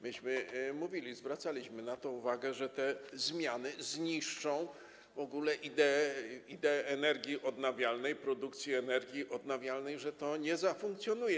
Mówiliśmy, zwracaliśmy na to uwagę, że te zmiany zniszczą w ogóle ideę energii odnawialnej, produkcji energii odnawialnej, że to nie zafunkcjonuje.